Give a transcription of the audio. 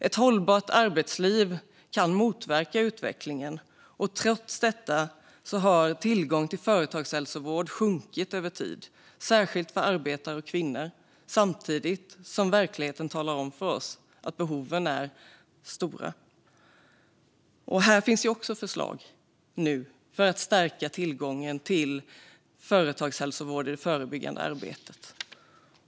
Ett hållbart arbetsliv kan motverka den utvecklingen, men trots det har tillgången till företagshälsovård sjunkit över tid, särskilt för arbetare och kvinnor, samtidigt som verkligheten visar att behoven är stora. På detta område finns också förslag för att stärka tillgången till företagshälsovård i det förebyggande arbetet.